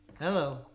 hello